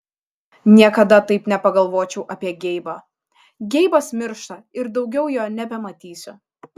niekada taip nepagalvočiau apie geibą geibas miršta ir daugiau jo nebematysiu